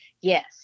yes